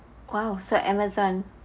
!wow! so Amazon